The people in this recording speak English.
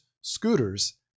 scooters